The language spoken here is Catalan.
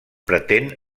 pretén